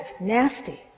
nasty